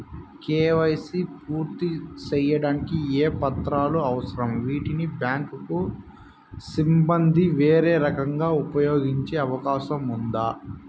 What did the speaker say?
KYC పూర్తి సేయడానికి ఏ పత్రాలు అవసరం, వీటిని బ్యాంకు సిబ్బంది వేరే రకంగా ఉపయోగించే అవకాశం ఉందా?